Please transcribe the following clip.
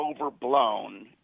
overblown